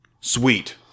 Sweet